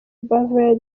beverly